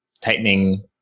tightening